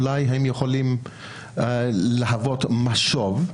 אולי הם יכולים להוות משוב,